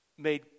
made